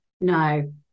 No